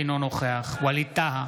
אינו נוכח ווליד טאהא,